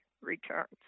returns